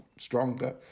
stronger